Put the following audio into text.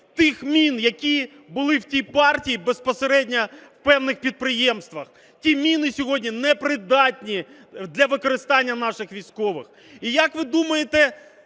тих мін, які були в тій партії безпосередньо в певних підприємствах, ті міни сьогодні не придатні для використання наших військових. І як ви думаєте